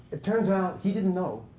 it turns out, he didn't know,